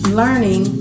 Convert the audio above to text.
learning